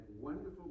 wonderful